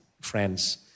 friends